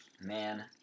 man